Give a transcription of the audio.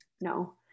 no